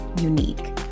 unique